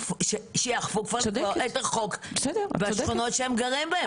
שיאכפו את החוק בשכונות שהם גרים בהן.